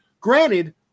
Granted